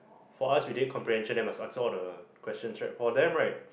for us we did comprehension then must answer all the questions right for them right